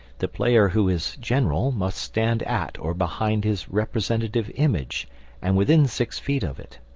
the player who is general must stand at or behind his representative image and within six feet of it.